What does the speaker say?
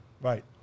right